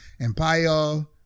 Empire